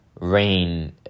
rain